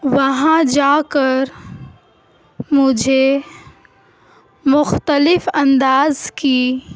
وہاں جا کر مجھے مختلف انداز کی